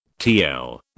TL